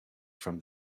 from